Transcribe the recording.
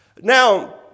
Now